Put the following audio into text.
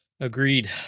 agreed